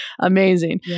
Amazing